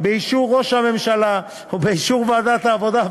באישור ראש הממשלה ובאישור ועדת העבודה,